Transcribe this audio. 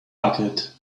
bucket